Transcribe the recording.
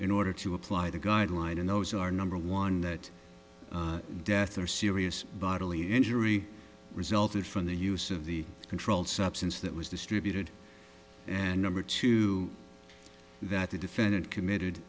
in order to apply the guideline and those are number one that death or serious bodily injury resulted from the use of the controlled substance that was distributed and number two that the defendant committed